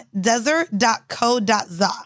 desert.co.za